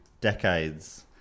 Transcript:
decades